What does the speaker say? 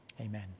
Amen